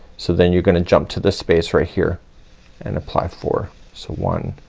so then you're gonna jump to this space right here and apply four. so one,